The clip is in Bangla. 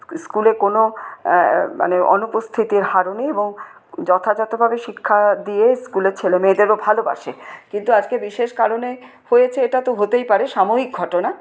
স্কুলে কোনও মানে অনুপস্থিতির হারও নেই এবং যথাযথভাবে শিক্ষা দিয়ে স্কুলের ছেলেমেয়েদেরও ভালোবাসে কিন্তু আজকে বিশেষ কারণে হয়েছে এটা তো হতেই পারে সাময়িক ঘটনা